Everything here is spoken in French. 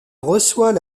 reçoit